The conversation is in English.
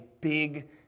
big